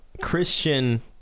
Christian